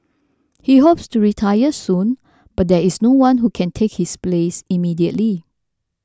he hopes to retire soon but there is no one who can take his place immediately